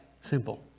simple